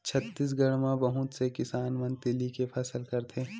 छत्तीसगढ़ म बहुत से किसान मन तिली के फसल करथे